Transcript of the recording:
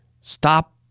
stop